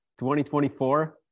2024